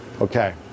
Okay